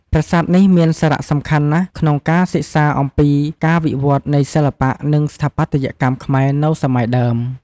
ប្រាសាទនេះមានសារៈសំខាន់ណាស់ក្នុងការសិក្សាអំពីការវិវឌ្ឍន៍នៃសិល្បៈ និងស្ថាបត្យកម្មខ្មែរនៅសម័យដើម។